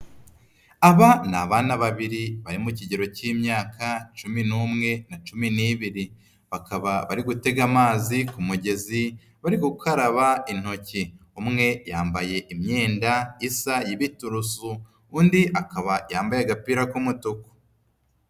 Aba ni abana babiri bari mu kigero cy'imyaka cumi n'umwe na cumi n'ibiri, bakaba bari gutega amazi ku mugezi, bari gukaraba intoki, umwe yambaye imyenda isa y'ibiturusu, undi akaba yambaye agapira k'umutuku.